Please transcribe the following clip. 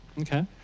Okay